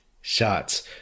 shots